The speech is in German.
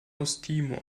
osttimor